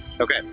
Okay